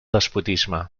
despotisme